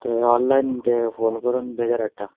ते ऑनलायन ते फोन करून बेजार हाडटा